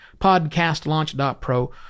podcastlaunch.pro